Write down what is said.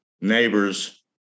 neighbors